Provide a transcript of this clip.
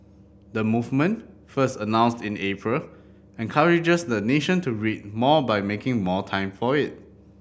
the movement first announced in April encourages the nation to read more by making more time for it